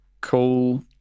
cool